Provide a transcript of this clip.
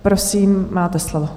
Prosím, máte slovo.